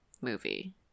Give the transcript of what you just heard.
movie